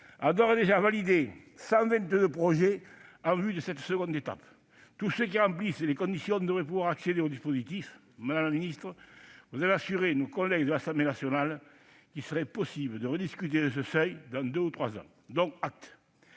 et déjà validé 122 projets en vue de la deuxième étape. Tous ceux qui remplissent les conditions devraient pouvoir accéder au dispositif. Madame la ministre, vous avez assuré à nos collègues de l'Assemblée nationale qu'il serait possible de rediscuter de ce seuil dans deux ou trois ans. Dont acte